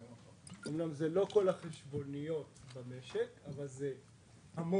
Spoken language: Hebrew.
אמנם זה לא כל החשבוניות במשק אבל זה המון.